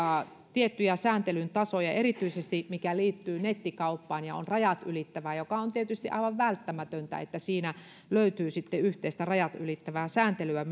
tiettyjä sääntelyn tasoja erityisesti siinä mikä liittyy nettikauppaan ja on rajat ylittävää ja se on tietysti aivan välttämätöntä että siinä löytyy myöskin yhteistä rajat ylittävää sääntelyä